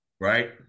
Right